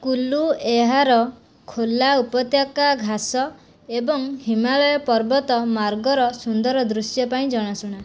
କୁଲୁ ଏହାର ଖୋଲା ଉପତ୍ୟକା ଘାସ ଏବଂ ହିମାଳୟ ପର୍ବତ ମାର୍ଗର ସୁନ୍ଦର ଦୃଶ୍ୟ ପାଇଁ ଜଣାଶୁଣା